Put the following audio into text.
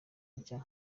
nshya